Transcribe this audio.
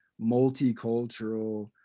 multicultural